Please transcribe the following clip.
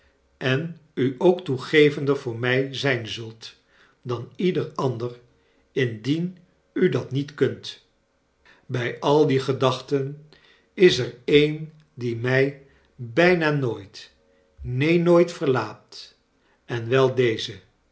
en u ook toegevender voor mij zijn zult dan ieder ander indien u dat niet kunt bij al die gedachten is er een die mij bijna nooit neen nooit verlaat en wel deze